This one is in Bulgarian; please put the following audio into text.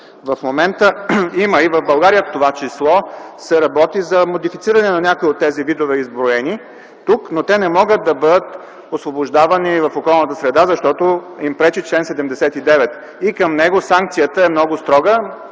В момента има, и в България в т.ч. се работи, за модифициране на някои от тези видове изброени тук, но те не могат да бъдат освобождавани в околната среда, защото им пречи чл. 79 и към него санкцията е много строга